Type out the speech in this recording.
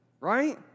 right